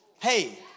Hey